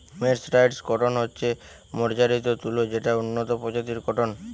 mercerised cotton হচ্ছে মার্জারিত তুলো যেটা উন্নত প্রজাতির কট্টন